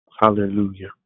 Hallelujah